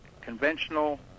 conventional